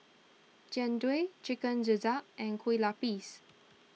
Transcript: Jian Dui Chicken Gizzard and Kueh Lapis